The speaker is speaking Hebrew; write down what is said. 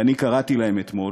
ואני קראתי להם אתמול: